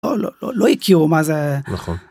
לא לא לא איקיומה זה נכון.